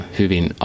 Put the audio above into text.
hyvin